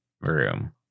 room